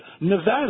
Nevada